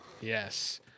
Yes